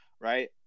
right